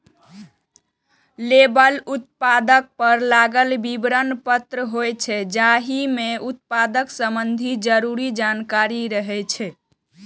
label उत्पाद पर लागल विवरण पत्र होइ छै, जाहि मे उत्पाद संबंधी जरूरी जानकारी रहै छै